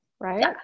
right